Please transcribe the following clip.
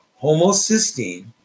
homocysteine